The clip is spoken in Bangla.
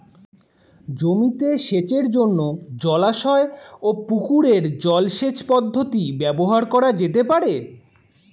জমিতে সেচের জন্য জলাশয় ও পুকুরের জল সেচ পদ্ধতি ব্যবহার করা যেতে পারে?